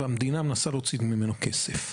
והמדינה מנסה להוציא ממנו כסף.